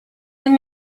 and